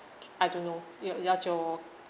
I don't know ya does your